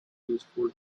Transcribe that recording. useful